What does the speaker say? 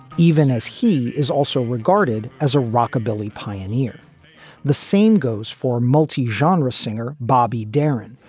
even as he is also regarded as a rockabilly pioneer the same goes for multi-genre singer bobby darin,